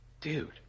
Dude